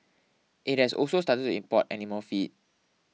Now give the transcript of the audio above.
it has also started to import animal feed